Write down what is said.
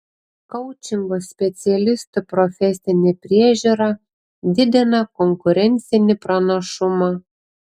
koučingo specialistų profesinė priežiūra didina konkurencinį pranašumą